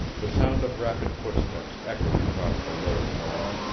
the sound of rapid footsteps echoed across the lower hall,